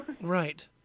Right